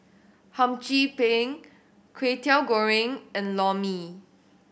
Hum Chim Peng Kway Teow Goreng and Lor Mee